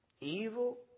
Evil